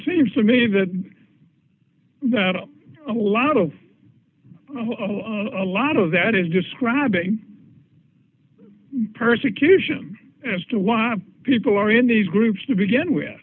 seems to me that a lot of a lot of that is describing persecution as to why people are in these groups to begin with